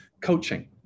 coaching